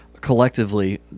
collectively